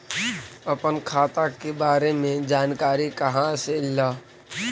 अपन खाता के बारे मे जानकारी कहा से ल?